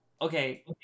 okay